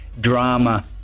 drama